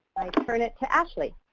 turn it to ashley.